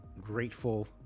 grateful